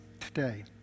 today